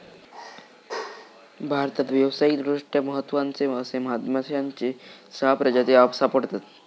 भारतात व्यावसायिकदृष्ट्या महत्त्वाचे असे मधमाश्यांची सहा प्रजाती सापडतत